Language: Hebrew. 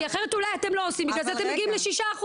אולי אתם לא עושים ובגלל זה אתם מגיעים ל-6%.